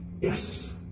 Yes